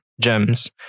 gems